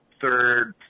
third